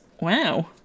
Wow